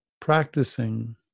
practicing